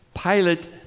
Pilate